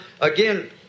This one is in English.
again